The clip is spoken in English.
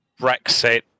Brexit